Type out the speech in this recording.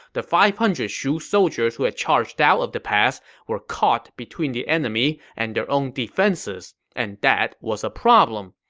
the five hundred shu soldiers who had charged out of the pass were caught between the enemy and their own defenses, and that was a problem,